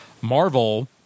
Marvel